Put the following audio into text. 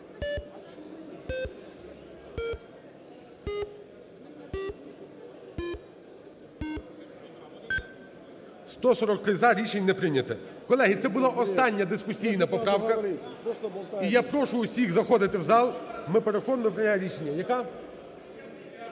За-143 Рішення не прийняте. Колеги, це була остання дискусійна поправка і я прошу усіх заходити в зал, ми переходимо до прийняття рішення. Яка?